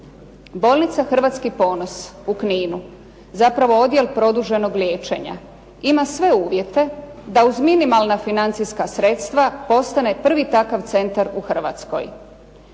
Bolnica "Hrvatski ponos" u Kninu zapravo odjel produženog liječenja ima sve uvjete da uz minimalna financijska sredstva postane prvi takav centar u Hrvatskoj.